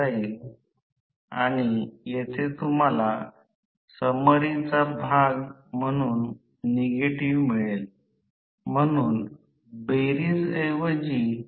हे आकारमान कमी प्रमाणात समक्रमित गती करते ज्या वेळी रोटर स्टेटर फील्ड च्या मागे सरकतो